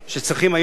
שצריכים היום,